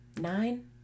nine